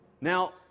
Now